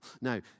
Now